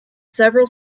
several